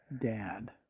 Dad